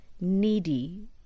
needy